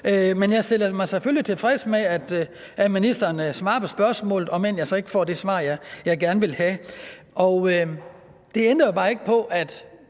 Men jeg stiller mig selvfølgelig tilfreds med, at ministeren svarede på spørgsmålet, om end jeg så ikke får det svar, jeg gerne ville have. Det ændrer jo bare ikke på, at